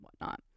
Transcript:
whatnot